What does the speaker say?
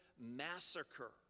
massacre